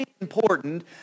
important